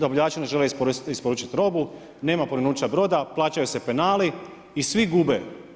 Dobavljači ne žele isporučiti robu, nema porinuća broda, plaćaju se penali i svi gube.